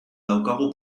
daukagu